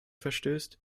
verstößt